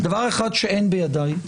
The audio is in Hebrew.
דבר אחד שאין בידיי,